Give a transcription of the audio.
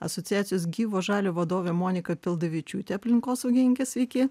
asociacijos gyvo žalio vadovė monika pildavičiutė aplinkosaugininkė sveiki